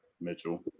Mitchell